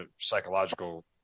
psychological